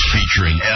Featuring